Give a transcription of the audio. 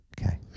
Okay